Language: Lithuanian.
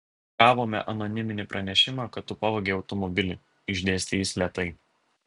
gavome anoniminį pranešimą kad tu pavogei automobilį išdėstė jis lėtai